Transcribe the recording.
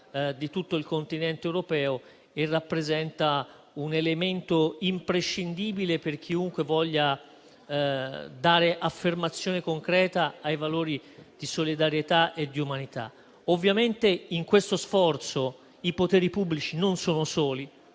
di tutto il Continente europeo e rappresenta un elemento imprescindibile per chiunque voglia dare affermazione concreta ai valori di solidarietà e di umanità. Ovviamente, in questo sforzo i poteri pubblici non sono soli.